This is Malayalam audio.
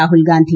രാഹുൽ ഗാന്ധി